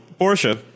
Porsche